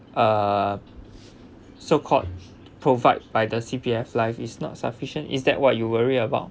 uh so called provide by the C_P_F life is not sufficient is that what you worry about